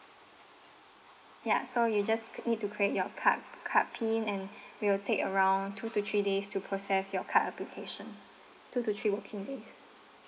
yeah so you just need to create your card card pin and we will take around two to three days to process your card application two to three working days